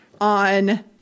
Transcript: on